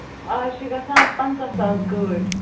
اَز چھِ گَژھان پَنٛژاہ ساس گٲڑۍ